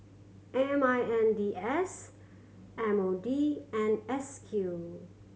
M I N D S M O D and S Q